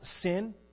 sin